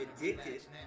addicted